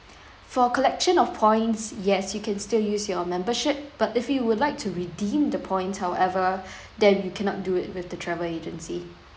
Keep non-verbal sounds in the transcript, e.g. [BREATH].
for collection of points yes you can still use your membership but if you would like to redeem the points however [BREATH] then you cannot do it with the travel agency